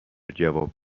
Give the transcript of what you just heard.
جواب